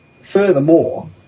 Furthermore